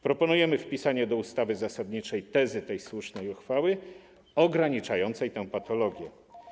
Proponujemy wpisanie do ustawy zasadniczej tezy tej słusznej uchwały ograniczającej tę patologię.